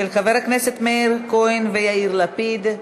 של חברי הכנסת מאיר כהן ויאיר לפיד.